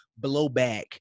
blowback